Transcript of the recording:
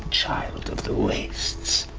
child of the wastes.